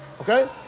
okay